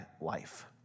life